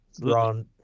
Ron